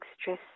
stress